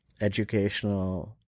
educational